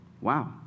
Wow